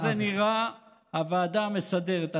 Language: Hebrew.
כך זה נראה בוועדה המסדרת.